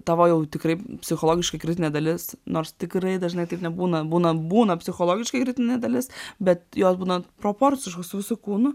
tavo jau tikrai psichologiškai kritinė dalis nors tikrai dažnai taip nebūna būna būna psichologiškai kritinė dalis bet jos būna proporciškos su visu kūnu